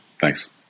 Thanks